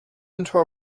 into